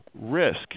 risk